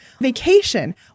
vacation